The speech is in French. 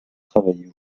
travaillez